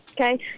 Okay